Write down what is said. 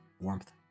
warmth